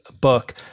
book